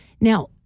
Now